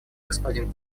господин